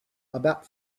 about